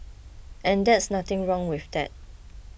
and that's nothing wrong with that